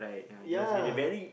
ya